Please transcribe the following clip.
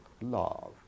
Love